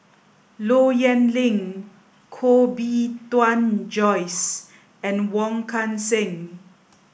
Low Yen Ling Koh Bee Tuan Joyce and Wong Kan Seng